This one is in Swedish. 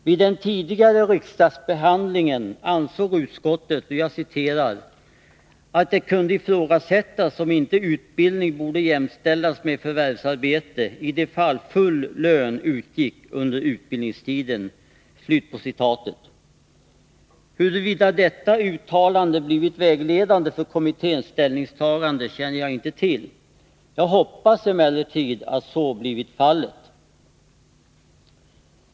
Vid den tidigare riksdagsbehandlingen ansåg utskottet ”att det kunde ifrågasättas om inte utbildning borde jämställas med förvärvsarbete i de fall full lön utgår under utbildningstiden”. Huruvida detta uttalande blivit vägledande för kommitténs ställningstagande känner jag inte till. Jag hoppas emellertid att så blivit fallet.